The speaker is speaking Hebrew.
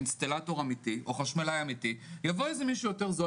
אינסטלטור אמיתי או חשמלאי אמיתי יבוא מישהו יותר זול